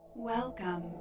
Welcome